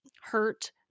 hurt